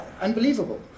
Unbelievable